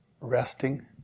resting